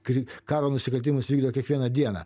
kri karo nusikaltimus vykdo kiekvieną dieną